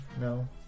no